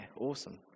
awesome